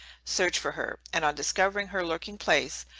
search for her, and on discovering her lurking place,